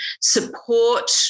support